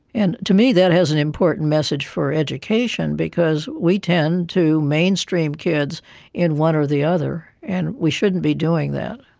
and to me that has an important message for education because we tend to mainstream kids in one or the other, and we shouldn't be doing that.